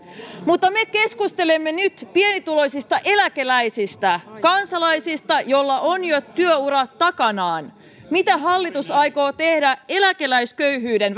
mutta me keskustelemme nyt pienituloisista eläkeläisistä kansalaisista joilla on jo työura takanaan mitä hallitus aikoo tehdä eläkeläisköyhyyden